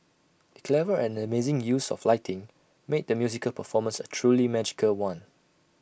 the clever and amazing use of lighting made the musical performance A truly magical one